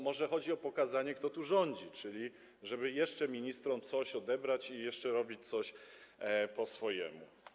Może chodzi o pokazanie, kto tu rządzi, żeby jeszcze ministrom coś odebrać i jeszcze robić coś po swojemu.